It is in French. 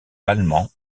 allemand